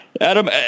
Adam